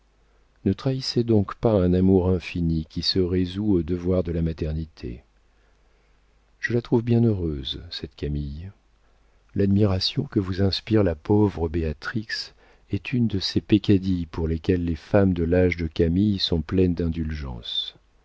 ne trahissez donc pas un amour infini qui se résout aux devoirs de la maternité je la trouve bien heureuse cette camille l'admiration que vous inspire la pauvre béatrix est une de ces peccadilles pour lesquelles les femmes de l'âge de camille sont pleines d'indulgence